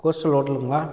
கொஸ்லு ஹோட்டலுங்களா